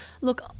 look